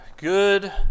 Good